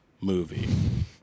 movie